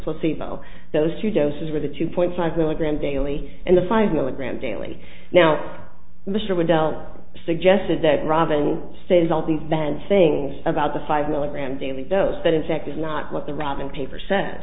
placebo those two doses were the two point five milligram daily and the five milligram daily now mr dell suggested that robin says all these then things about the five milligram daily dose that in fact is not what the wrapping paper says